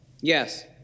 Yes